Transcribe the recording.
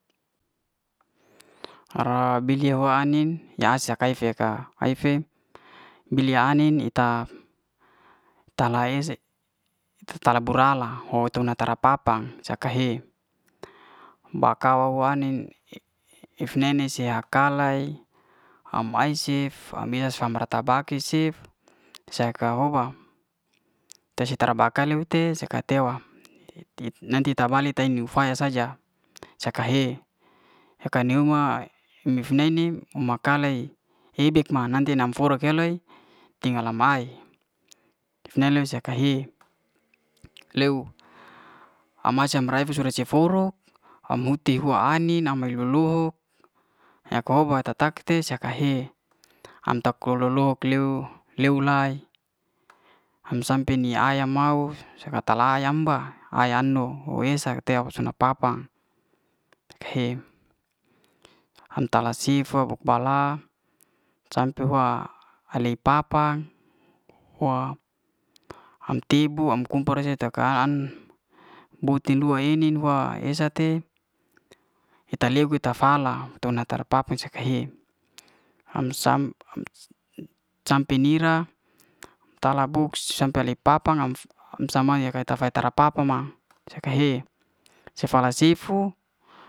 Ara bi'hual ai'nin yak asya yak kai fe ka ai'fe bilya ai'nin ita tala ese ta la bo'lara ho tuna tara papa saka he ba'kawa wa ai'nin if ne nin se ha kalai am ai cef am bira sambra'tabaki cef se ha ka hoba tesy tra baka'lai uhte saka tewa nanti tabele ta ni ufaya saja saka he hyaka ni huma nif nie'nin ma kalai hedek ma nanti nam forok helloy ting mala ai neuw le saka he leu am aca rai'fe coba ci forok am uhti hua ai'nin am mae le'loho ya koba ta tak tes ya ka he am tak lo'lohok kleu leu lay am sampe ni aya mau se hatala yamba ai'anu hu esa sunak papa he am tala sifa bak bala sampe hua al'lay papa hua am tebu am kompor ta ka an- an bouten dua ei'nin hua esa te ita legu eta fala tona tra'papa saka he am sampe ni'ra tala boks sampe ale papang am sama ya ta kaya tra'papa ma saka he, se fala sifu.